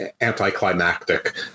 anticlimactic